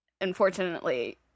unfortunately